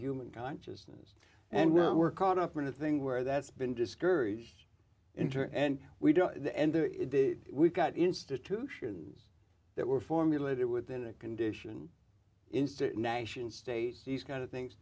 human consciousness and we're caught up in a thing where that's been discouraged intern and we don't we've got institutions that were formulated within a condition instead nation states these kind of things